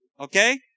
Okay